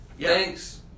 Thanks